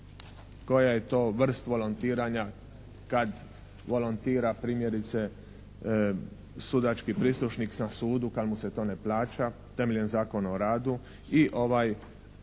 koja je to vrst volontiranja kad volontira primjerice sudački prislušnik na sudu kad mu se to ne plaća temeljem Zakona o radu i ovaj